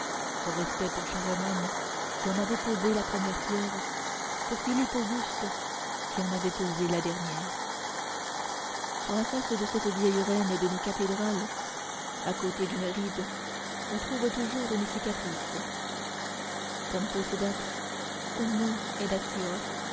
sans respect pour charlemagne qui en avait posé la première pierre pour philippe auguste qui en avait posé la dernière sur la face de cette vieille reine de nos cathédrales à côté d'une ride on trouve toujours une cicatrice tempus edax homo